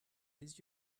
les